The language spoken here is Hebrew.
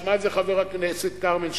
ישמע את זה חבר הכנסת כרמל שאמה,